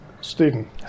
Stephen